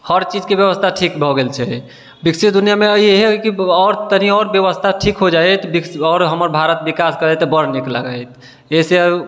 हर चीजके व्यवस्था ठीक भए गेल छै विकसित दुनियामे इहे है कि आओर तनि आओर व्यवस्था ठीक हो जाइत आओर हमर भारत विकास करै तऽ बड़ नीक लागत जाहिसँ